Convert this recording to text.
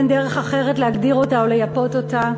אין דרך אחרת להגדיר אותה או לייפות אותה.